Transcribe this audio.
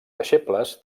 deixebles